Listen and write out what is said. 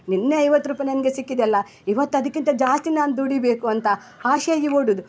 ನಿನ್ನೆ ಐವತ್ತು ರೂಪಾಯಿ ನನಗೆ ಸಿಕ್ಕಿದೆಯಲ್ಲ ಈವತ್ತು ಅದಕ್ಕಿಂತ ಜಾಸ್ತಿ ನಾನು ದುಡಿಬೇಕು ಅಂತ ಆಸೆಯಾಗಿ ಓಡೋದು